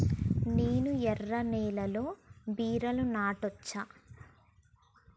నేను ఎర్ర నేలలో బీరలు నాటచ్చా?